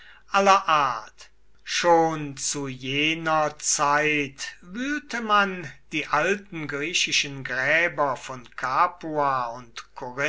aller art schon zu jener zeit wühlte man die alten griechischen gräber von capua und